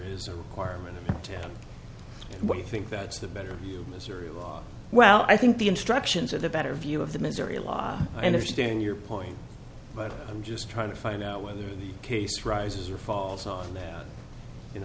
is a requirement to have what you think that's the better view missouri law well i think the instructions are the better view of the missouri law i understand your point but i'm just trying to find out whether the case rises or falls on that in